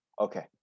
okay